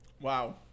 Wow